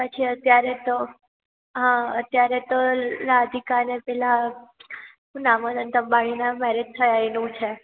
પછી અત્યારે તો હા અત્યારે તો રાધિકાને પેલા શું નામ અનંત અંબાણીનાં મેરેજ થયા એનું છે